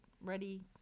ready